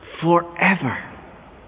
forever